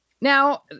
Now